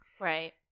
Right